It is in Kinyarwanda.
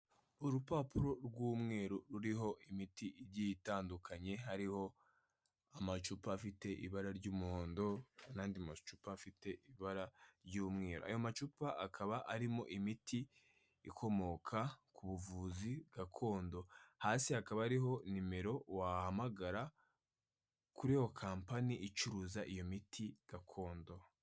Urupapuro rw'umweru ruriho imiti igiye itandukanye, hariho amacupa afite ibara ry'umuhondo n'andi macupa afite ibara ry'umweru, aya macupa akaba arimo imiti ikomoka ku buvuzi gakondo, hasi hakaba ariho nimero wahamagara kuri iyo kampani icuruza iyo miti gakondo.